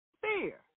fear